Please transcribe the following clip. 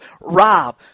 Rob